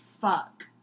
fuck